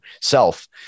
self